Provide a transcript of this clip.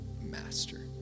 master